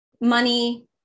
money